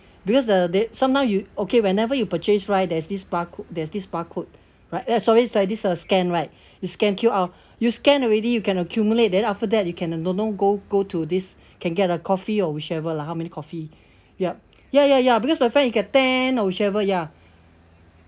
because the they sometime you okay whenever you purchase right there's this barcode there's this barcode right there's always like this a scan right you scan Q_R you scan already you can accumulate then after that you can uh know know go go to this can get a coffee or whichever lah how many coffee yup ya ya ya because my friend he get ten or whichever ya